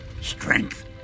Strength